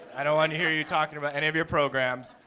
i don't want to hear you talking about any of your programs.